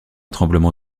tremblement